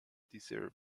deserve